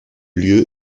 lieu